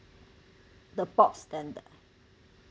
the box standard